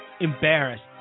embarrassed